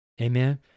Amen